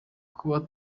kuba